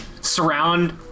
surround